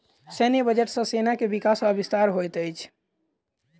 सैन्य बजट सॅ सेना के विकास आ विस्तार होइत अछि